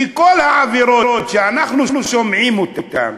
כי כל העבירות שאנחנו שומעים עליהן